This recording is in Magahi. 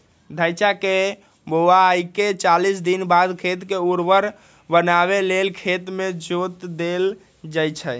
धइचा के बोआइके चालीस दिनबाद खेत के उर्वर बनावे लेल खेत में जोत देल जइछइ